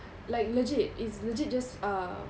like legit it's legit just uh